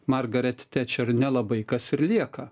margaret tečer nelabai kas ir lieka